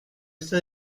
este